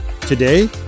Today